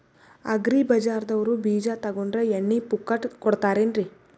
Agri ಬಜಾರದವ್ರು ಬೀಜ ತೊಗೊಂಡ್ರ ಎಣ್ಣಿ ಪುಕ್ಕಟ ಕೋಡತಾರೆನ್ರಿ?